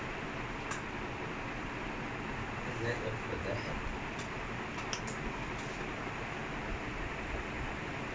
தெரியல ஆனா:therila aanaa simple ah பண்ண சொல்ற:panna solra so should be fine lah I I நான் பண்ணும்போது:naan pannumpodhu I'll send you also